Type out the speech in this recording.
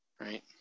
right